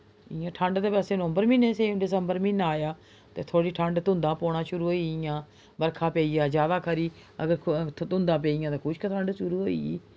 इ'यां ठंड ते वैसे नवम्बर म्हीनेै सेही होंदी दिसम्बर म्हीना आया ते थोह्ड़ी ठंड धुंधां पौना शुरु होई गेइयां बरखा पेई जा जैदा खरी अगर धुंधां पेइयां तां खुश्क ठंड शुरु होई गेई